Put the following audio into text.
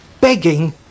begging